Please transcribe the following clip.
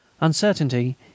Uncertainty